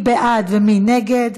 מי בעד ומי נגד?